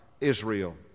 Israel